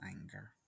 anger